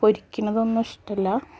പൊരിക്കുന്നതൊന്നും ഇഷ്ടമല്ല